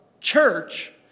church